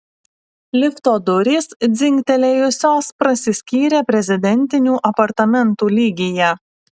lifto durys dzingtelėjusios prasiskyrė prezidentinių apartamentų lygyje